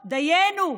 דיינו,